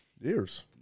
Years